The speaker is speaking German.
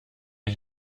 ich